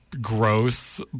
gross